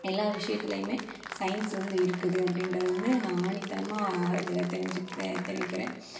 எல்லா விஷியத்துலையுமே சயின்ஸ் வந்து இருக்குது அப்படின்றதை வந்து நான் ஆணித்தனமாக இதில் தெரிஞ்சிக்கிறேன் தெரிவிக்கிறேன்